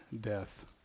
Death